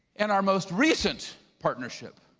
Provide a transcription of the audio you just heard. and our most recent partnership.